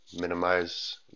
minimize